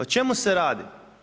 O čemu se radi?